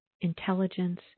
intelligence